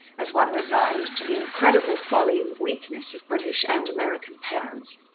as one resigned to the incredible folly and weakness of british and american parents.